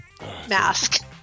mask